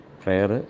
prayer